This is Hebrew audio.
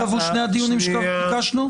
אני מעדכן מבחינת המשך סדר היום והלו"ז.